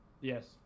yes